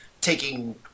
taking